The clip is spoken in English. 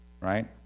Right